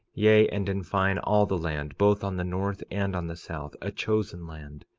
yea, and in fine, all the land, both on the north and on the south a chosen land,